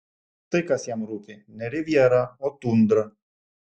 štai kas jam rūpi ne rivjera o tundra